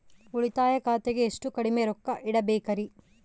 ಉಳಿತಾಯ ಖಾತೆಗೆ ಎಷ್ಟು ಕಡಿಮೆ ರೊಕ್ಕ ಇಡಬೇಕರಿ?